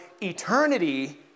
eternity